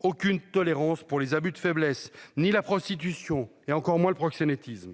aucune tolérance pour les abus de faiblesse ni la prostitution et encore moins le proxénétisme.